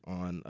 on